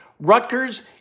Rutgers